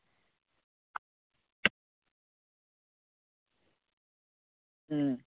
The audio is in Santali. ᱦᱩᱸ